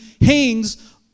hangs